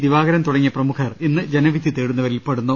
ദിവാകരൻ തുടങ്ങിയ പ്രമുഖർ ഇന്ന് ജനവിധി തേടു ന്നവരിൽപെടുന്നു